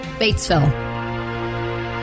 Batesville